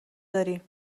داریم